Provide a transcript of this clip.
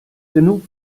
genug